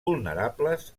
vulnerables